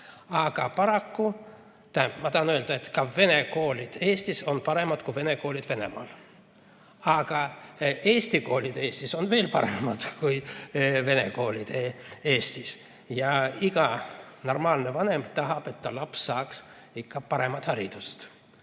Samas ma tahan öelda, et ka vene koolid Eestis on paremad kui vene koolid Venemaal, aga eesti koolid Eestis on veel paremad kui vene koolid Eestis. Ja iga normaalne vanem tahab, et ta laps saaks ikka paremat haridust.